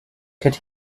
could